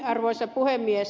arvoisa puhemies